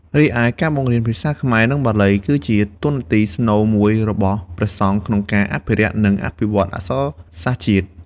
រីឯការបង្រៀនភាសាខ្មែរ និងបាលី គឺជាតួនាទីស្នូលមួយរបស់ព្រះសង្ឃក្នុងការអភិរក្ស និងអភិវឌ្ឍអក្សរសាស្ត្រជាតិ។